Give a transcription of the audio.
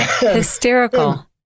Hysterical